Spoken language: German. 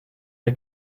der